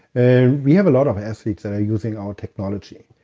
and we have a lot of athletes that are using our technology.